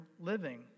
living